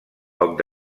poc